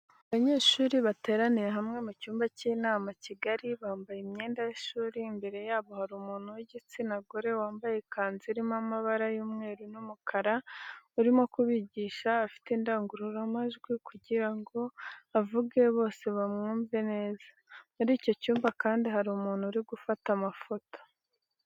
Abanyeshuri bateraniye hamwe mu cyumba cy'inama kigari bambaye imyenda y'ishuri imbere yabo hari umuntu w'igitsina gore wambaye ikanzu irimo amabara y'umweu n'umukara urimo kubigisha afite indangururamajwi kugirango avuge bose bamwumve neza. muri icyo cyumba kandi hari umuntu uri gufata amafoto.